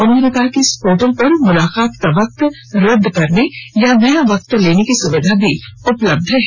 उन्होंने कहा कि इस पोर्टल पर मुलाकात का वक्त रद्द करने या नया वक्त लेने की सुविधा भी उपलब्ध है